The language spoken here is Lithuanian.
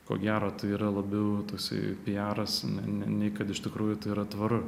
ko gero tai yra labiau toksai pijaras ne nei kad iš tikrųjų tai yra tvaru